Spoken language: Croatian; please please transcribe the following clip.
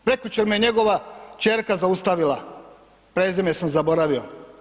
Prekjučer me njegova kćerka zaustavila, prezime sam zaboravio.